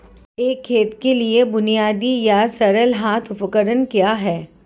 एक खेत के लिए बुनियादी या सरल हाथ उपकरण क्या हैं?